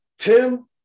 Tim